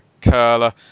curler